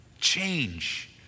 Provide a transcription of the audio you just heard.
Change